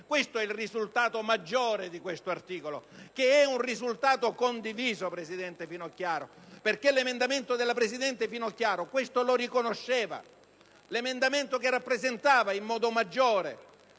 Questo è il risultato maggiore di questo articolo ed è un risultato condiviso, presidente Finocchiaro. L'emendamento della presidente Finocchiaro, infatti, riconosceva questo fatto. L'emendamento che rappresentava in modo maggiore